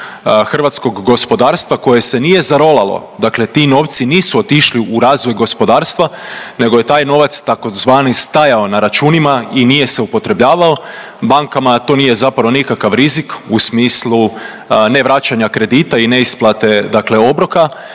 hrvatskog gospodarstva koje se nije zarolalo, dakle ti novci nisu otišli u razvoj gospodarstva nego je taj novac tzv. stajao na računima i nije se upotrebljavao. Bankama to nije zapravo nikakav rizik u smislu ne vraćanja kredita i ne isplate dakle